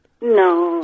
No